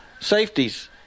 Safeties